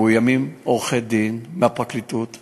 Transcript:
מאוימים עורכי-דין מהפרקליטות,